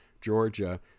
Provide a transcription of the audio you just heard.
Georgia